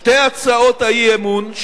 שתי הצעות האי-אמון,